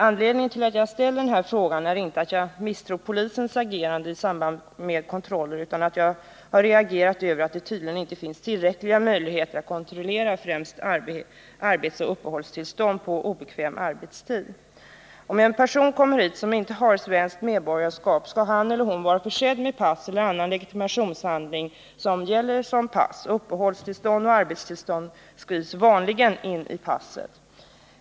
Anledningen till att jag ställer den här frågan är inte att jag misstror polisens agerande i samband med kontroller, utan att jag har reagerat över att det tydligen inte finns tillräckliga möjligheter att kontrollera främst arbetsoch uppehållstillstånd på obekväm arbetstid. Om en person som inte har svenskt medborgarskap kommer till Sverige skall hon eller han vara försedd med pass eller annan legitimationshandling som gäller som pass. Uppehållstillstånd och arbetstillstånd skrivs vanligen in i passet.